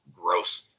gross